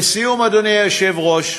לסיום, אדוני היושב-ראש,